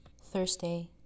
Thursday